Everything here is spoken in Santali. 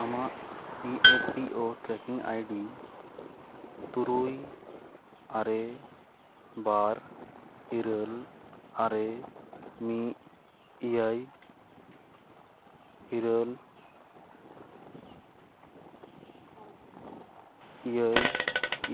ᱟᱢᱟᱜ ᱤ ᱮᱯᱷ ᱯᱤ ᱳ ᱴᱨᱮᱠᱤᱝ ᱟᱭᱰᱤ ᱛᱩᱨᱩᱭ ᱟᱨᱮ ᱵᱟᱨ ᱤᱨᱟᱹᱞ ᱟᱨᱮ ᱢᱤᱫ ᱮᱭᱟᱭ ᱤᱨᱟᱹᱞ ᱮᱭᱟᱭ